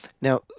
Now